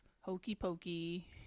hokey-pokey